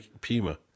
Puma